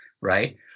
right